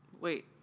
Wait